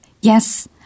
Yes